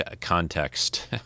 context